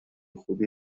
خوبی